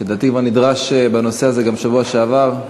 שלדעתי כבר נדרש לנושא הזה גם בשבוע שעבר.